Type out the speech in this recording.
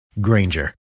Granger